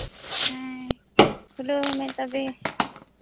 ᱠᱷᱩᱞᱟᱹᱣ ᱦᱮ ᱛᱚᱵᱮ